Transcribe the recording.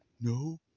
no